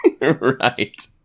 Right